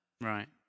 Right